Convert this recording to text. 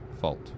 fault